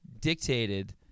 dictated